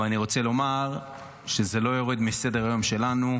אבל אני רוצה לומר שזה לא יורד מסדר-היום שלנו,